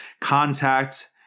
contact